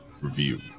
review